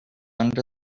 under